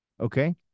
Okay